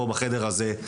פה בחדר הזה.